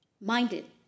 minded